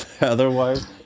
otherwise